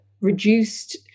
reduced